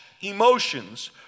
emotions